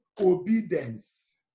obedience